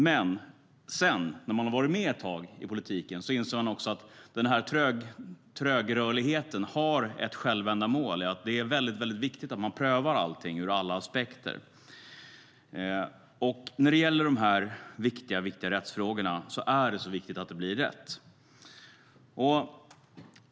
Men när man har varit med i politiken ett tag inser man att trögrörligheten har ett självändamål. Det är nämligen viktigt att man prövar allt ur alla aspekter, och när det gäller rättsfrågor är det viktigt att det blir rätt.